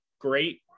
great